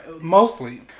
mostly